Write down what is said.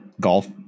golf